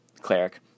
cleric